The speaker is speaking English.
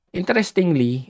interestingly